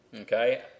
Okay